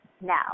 now